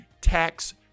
tax